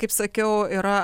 kaip sakiau yra